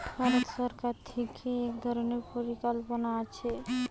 ভারত সরকার থিকে এক ধরণের পরিকল্পনা আছে